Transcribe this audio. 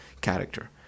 character